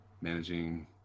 managing